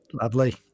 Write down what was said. Lovely